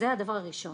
זה הדבר הראשון.